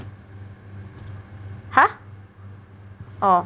!huh! orh